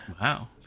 wow